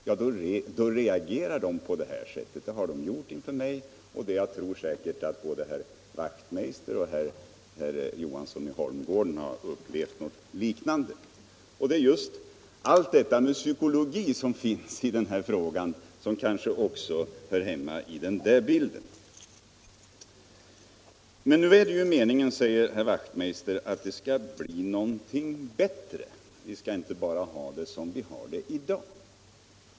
Jag tror säkert att både herr Wachtmeister i Johannishus och herr Johansson i Holmgården har upplevt liknande reaktioner. Det är denna kanske mer psykologiska verkan som också kommer in i bilden. Det är ju meningen, säger herr Wachtmeister, att det skall bli någonting bättre; vi skall inte fortsätta att ha det som vi har det i dag.